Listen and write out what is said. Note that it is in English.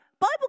Bible